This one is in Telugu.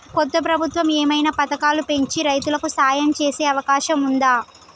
కొత్త ప్రభుత్వం ఏమైనా పథకాలు పెంచి రైతులకు సాయం చేసే అవకాశం ఉందా?